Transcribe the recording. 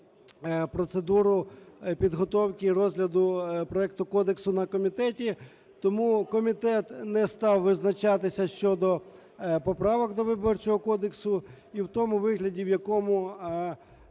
процедуру підготовки розгляду проекту кодексу на комітеті. Тому комітет не став визначатися щодо поправок до Виборчого кодексу. І в тому вигляді, в якому